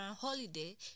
holiday